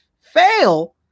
fail